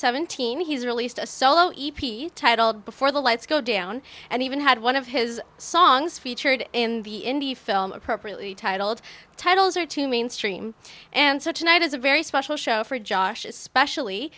seventeen he's released a solo e p titled before the lights go down and even had one of his songs featured in the indie film appropriately titled titles are too mainstream and such a night is a very special show for josh especially